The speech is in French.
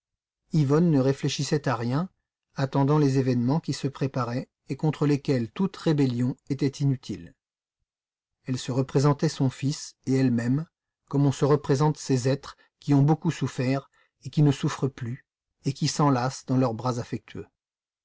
yvonne ne réfléchissait à rien attendant les événements qui se préparaient et contre lesquels toute rébellion était inutile elle se représentait son fils et elle-même comme on se représente ces êtres qui ont beaucoup souffert et qui ne souffrent plus et qui s'enlacent de leurs bras affectueux